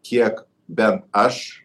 kiek bent aš